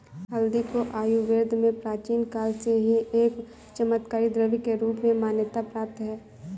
हल्दी को आयुर्वेद में प्राचीन काल से ही एक चमत्कारिक द्रव्य के रूप में मान्यता प्राप्त है